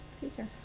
Peter